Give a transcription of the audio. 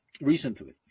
recently